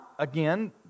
Again